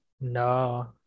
No